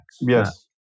Yes